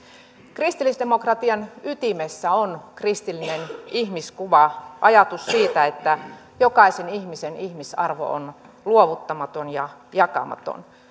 kristillisdemokratian ytimessä on kristillinen ihmiskuva ajatus siitä että jokaisen ihmisen ihmisarvo on luovuttamaton ja jakamaton